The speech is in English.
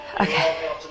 Okay